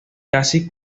casi